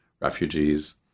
refugees